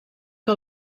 que